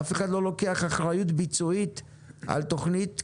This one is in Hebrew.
אף אחד לא לוקח אחריות ביצועית על תוכנית כוללת.